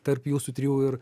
tarp jūsų trijų ir